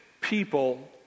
people